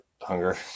hunger